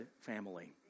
family